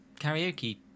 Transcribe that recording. karaoke